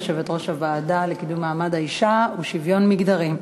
יושבת-ראש הוועדה לקידום מעמד האישה ולשוויון מגדרי.